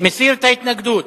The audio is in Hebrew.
מסיר את ההתנגדות.